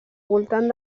voltant